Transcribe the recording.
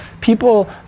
people